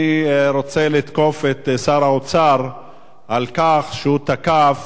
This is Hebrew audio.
אני רוצה לתקוף את שר האוצר על כך שהוא תקף